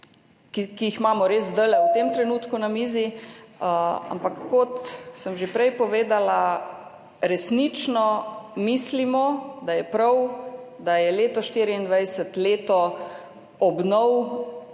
ki jih imamo res zdajle v tem trenutku na mizi. Ampak, kot sem že prej povedala, resnično mislimo, da je prav, da je leto 204 leto obnov